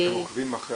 אתם עוקבים אחרי